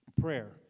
prayer